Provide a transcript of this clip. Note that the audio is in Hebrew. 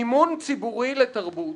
מימון ציבורי לתרבות